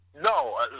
No